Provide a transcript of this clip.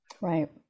Right